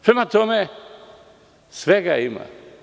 Prema tome, svega ima.